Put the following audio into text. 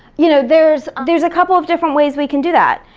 you know there's there's a couple of different ways we can do that.